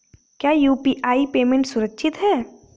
क्या UPI payment सुरक्षित है?